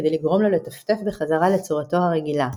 כדי לגרום לו לטפטף בחזרה לצורתו הרגילה.